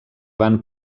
van